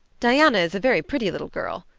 diana is a very pretty little girl.